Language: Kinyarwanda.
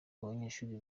abanyeshuri